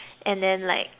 and then like